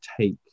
take